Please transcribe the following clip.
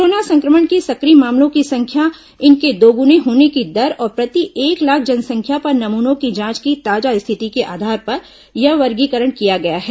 corona संक्रमण के सक्रिय मामलों की संख्या इनके दोगुने होने की दर और प्रति एक लाख जनसंख्या पर नमूनों की जांच की ताजा स्थिति के आधार पर यह वर्गीकरण किया गया है